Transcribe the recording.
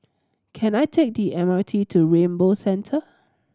can I take the M R T to Rainbow Centre